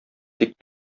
тик